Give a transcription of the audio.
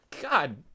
God